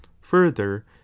further